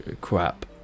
crap